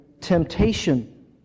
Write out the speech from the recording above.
temptation